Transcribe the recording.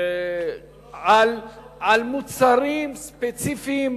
יש מגבלות על מוצרים ספציפיים,